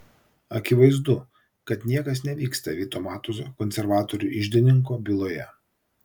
akivaizdu kad niekas nevyksta vito matuzo konservatorių iždininko byloje